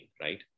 right